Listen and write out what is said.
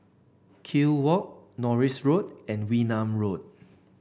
Kew Walk Norris Road and Wee Nam Road